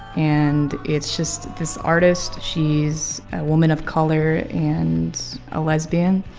and it's just this artist, she's a woman of color and a lesbian.